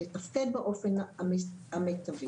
לתפקד באופן המיטבי.